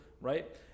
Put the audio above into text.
right